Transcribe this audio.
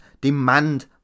demand